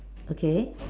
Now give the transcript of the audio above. okay